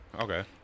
Okay